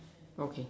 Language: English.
okay